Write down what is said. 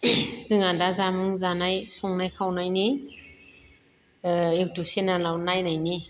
जोंहा दा जामुं जानाय संनाय खावनायनि इउटुब चेनेलाव नायनायनि